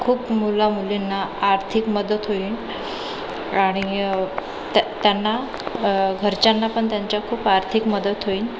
खूप मुला मुलींना आर्थिक मदत होईन आणि त्या त्यांना घरच्यांना पण त्यांच्या खूप आर्थिक मदत होईन